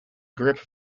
grip